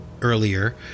earlier